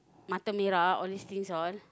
mata merah all these things all